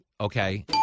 Okay